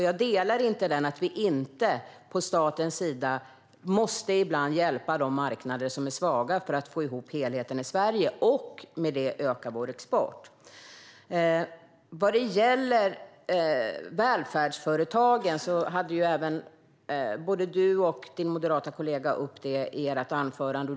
Jag delar inte din uppfattning utan menar att staten ibland måste hjälpa de marknader som är svaga för att få ihop helheten i Sverige och med det öka vår export. Både du, Said, och din moderata kollega tog upp välfärdsföretagen i era anföranden.